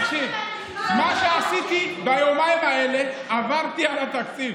תקשיב, מה שעשיתי ביומיים האלה, עברתי על התקציב,